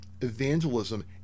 evangelism